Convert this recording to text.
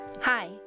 Hi